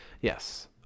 yes